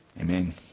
Amen